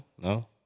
No